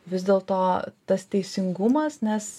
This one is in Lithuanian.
vis dėlto tas teisingumas nes